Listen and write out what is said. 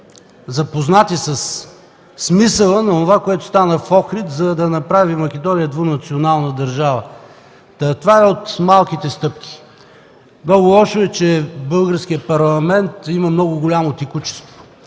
запознати със смисъла на онова, което стана в Охрид, за да направи Македония двунационална държава. Та това е от малките стъпки. Много лошо е, че в Българския парламент има голямо текучество.